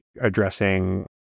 addressing